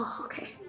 Okay